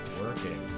working